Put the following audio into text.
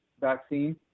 vaccine